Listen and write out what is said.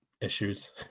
issues